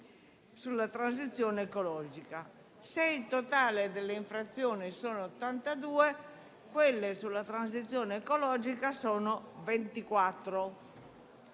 sulla transizione ecologica. Se il totale delle infrazioni è di 82, quelle relative alla transizione ecologica sono 24.